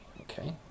Okay